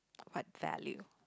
what value